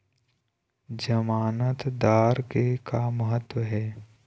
जमानतदार के का महत्व हे?